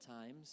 times